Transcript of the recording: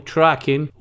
Tracking